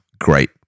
great